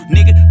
Nigga